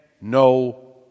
no